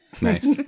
nice